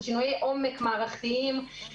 על שינויי עומק מערכתיים,